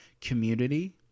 community